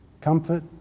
comfort